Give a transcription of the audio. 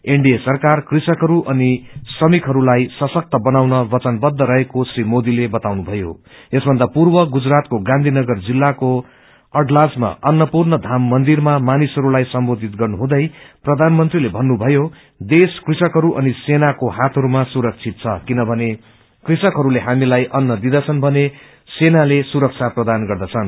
NDA सरकार कृषकहरू अनि श्रमिकहरूलाइ सशक्त बनाउन वचनवद्ध रहेको श्री मोदीले बताउनुभयो यसभन्दा पूर्व गुजरातको गाँधी नगर जिल्लाको अङ्लाजमा अनपूर्णा घाम मन्दिरमा मानिसहरूलाई सम्बोधित गर्नुहुँदै प्रधानमंत्री ले भन्नुमयो देश्रा कृषकहरू असिनसेवको हातहरूमासुरबित छ किनभने कृषकहरूले हामीलाई अन्न दिँदछन् भने सेनाले सुरक्षा प्रदान गर्दछन्